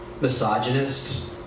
misogynist